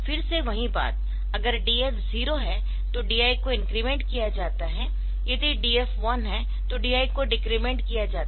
फिर से वही बात अगर DF 0 है तो DI को इंक्रीमेंट किया जाता है यदि DF 1 है तो DI को डिक्रिमेंट किया जाता है